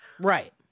Right